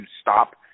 stop